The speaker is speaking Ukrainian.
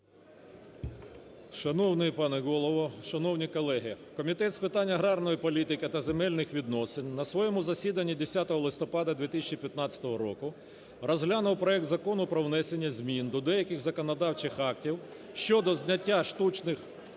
Шановний пане Голово, шановні колеги! Комітет з питань аграрної політики та земельних відносин на своєму засіданні 10 листопада 2015 року розглянув проект Закону про внесення змін до деяких законодавчих актів щодо зняття штучних